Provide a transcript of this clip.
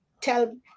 tell